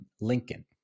Lincoln